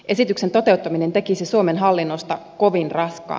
esityksen toteuttaminen tekisi suomen hallinnosta kovin raskaan